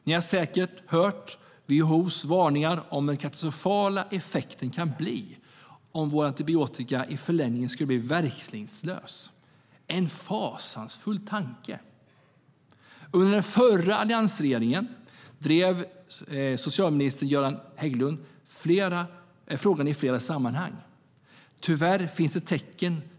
Ni har säkert hört WHO:s varningar om hur katastrofala effekterna kan bli om våra antibiotika i förlängningen skulle bli verkningslösa. Det är en fasansfull tanke. Tyvärr finns det tecken som tyder på att läkemedelsrester i vårt avloppsvatten bidrar till problemet.